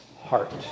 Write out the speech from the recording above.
heart